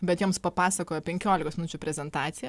bet joms papasakojo penkiolikos minučių prezentaciją